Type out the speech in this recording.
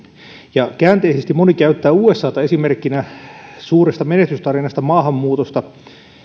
ja käänteisesti moni käyttää usata esimerkkinä suuresta menetystarinasta maahanmuutosta